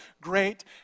great